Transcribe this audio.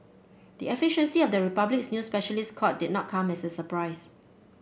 the efficiency the Republic's new specialist court did not come as a surprise